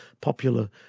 Popular